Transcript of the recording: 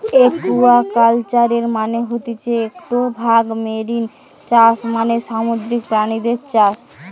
একুয়াকালচারের মানে হতিছে একটো ভাগ মেরিন চাষ মানে সামুদ্রিক প্রাণীদের চাষ